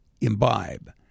imbibe